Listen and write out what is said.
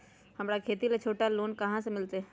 हमरा खेती ला छोटा लोने कहाँ से मिलतै?